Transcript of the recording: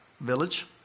village